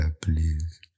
please